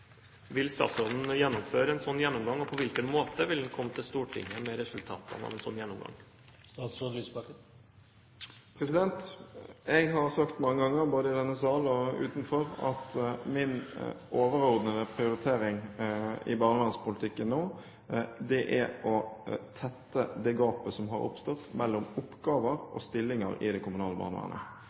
Vil statsråden gjennomføre en gjennomgang, og på hvilken måte vil han komme til Stortinget med resultatene av en sånn gjennomgang? Jeg har sagt mange ganger, både i denne salen og utenfor, at min overordnede prioritering i barnevernspolitikken nå er å tette det gapet som har oppstått mellom oppgaver og stillinger i det kommunale barnevernet.